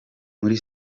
muri